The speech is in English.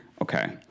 okay